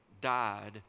died